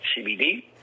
CBD